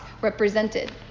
represented